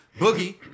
Boogie